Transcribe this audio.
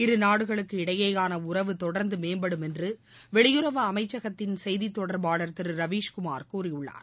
இருநாடுகளுக்கு இடையேயான உறவு தொடர்ந்து மேம்படும் என்று வெளியுறவு அமைச்சகத்தின் செய்தித் தொடர்பாளர் திரு ரவீஷ்குமார் கூறியுள்ளார்